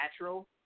natural